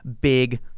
big